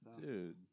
Dude